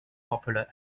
popular